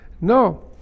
No